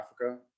Africa